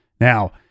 now